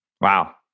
Wow